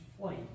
flight